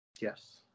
Yes